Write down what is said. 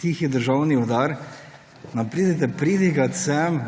tihi državni udar, nam pridete pridigat sem